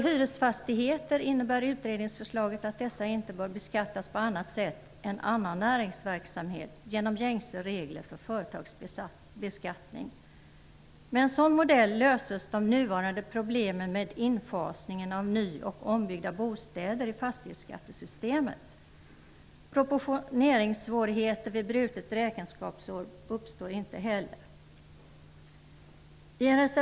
Hyresfastigheter bör enligt utredningsförslaget inte beskattas på annat sätt än annan näringsverksamhet, dvs. genom gängse regler för företagsbeskattning. Med en sådan modell löses de nuvarande problemen med infasningen av ny och ombyggda bostäder i fastighetsskattesystemet. Proportioneringssvårigheter vid brutet räkenskapsår uppstår inte heller.